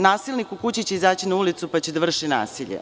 Nasilnik u kući će izaći na ulicu pa će da vrši nasilje.